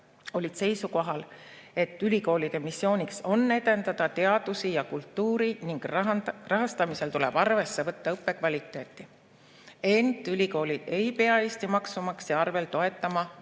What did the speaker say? olid seisukohal, et ülikoolide missiooniks on edendada teadusi ja kultuuri ning rahastamisel tuleb arvesse võtta õppekvaliteeti. Ent ülikoolid ei pea Eesti maksumaksja arvel toetama